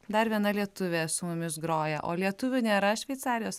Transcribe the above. dar viena lietuvė su mumis groja o lietuvių nėra šveicarijos